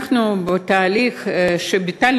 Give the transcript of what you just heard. אנחנו בתהליך של ביטול,